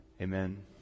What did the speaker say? amen